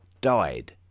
died